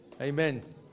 Amen